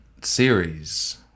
series